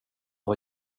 var